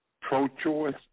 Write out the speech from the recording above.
pro-choice